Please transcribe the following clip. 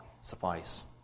suffice